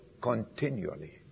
continually